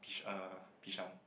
Bishan